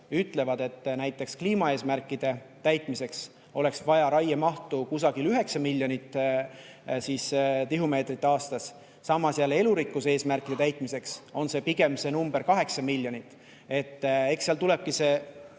ütlevad, et näiteks kliimaeesmärkide täitmiseks oleks vaja raiemahtu umbes 9 miljonit tihumeetrit aastas. Samas jälle elurikkuse eesmärkide täitmiseks on see number pigem 8 miljonit. Eks seal tulebki